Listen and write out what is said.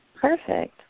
Perfect